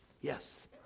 yes